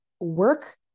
work